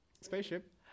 Spaceship